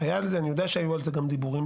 אני יודע שהיו דיבורים,